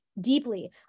deeply